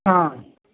हा